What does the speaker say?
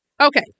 Okay